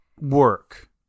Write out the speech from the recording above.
work